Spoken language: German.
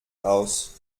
aus